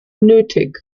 nötig